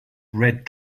red